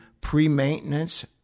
pre-maintenance